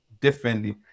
differently